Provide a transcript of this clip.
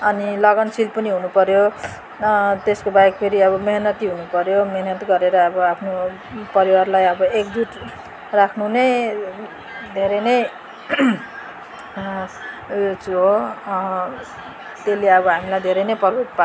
अनि लगनशील पनि हुनुपर्यो न त्यसको बाहेक फेरि अब मिहिनेती हुनुपर्यो मिहिनेत गरेर अब आफ्नो परिवारलाई अब एकजुट राख्नु नै धेरै नै हो त्यसले अब हामीलाई धेरै नै प्रभावित